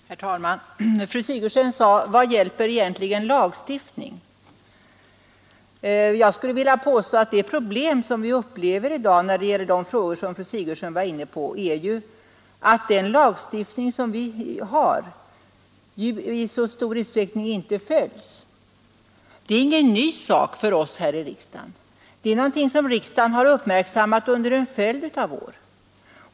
Herr talman! Fru Sigurdsen sade: Vad hjälper egentligen lagstiftning? Jag skulle vilja påstå att de problem som vi upplever i dag när det gäller de frågor som fru Sigurdsen var inne på beror av att den lagstiftning som finns i stor utsträckning inte följs. Det är ingen ny sak för oss här i riksdagen; det är någonting som riksdagen har uppmärksammat under en följd av år.